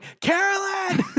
Carolyn